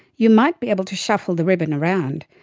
you might be able to shuffle the ribbon around,